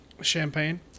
Champagne